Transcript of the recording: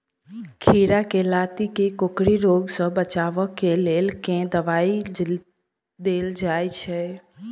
खीरा केँ लाती केँ कोकरी रोग सऽ बचाब केँ लेल केँ दवाई देल जाय छैय?